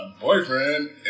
boyfriend